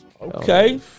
Okay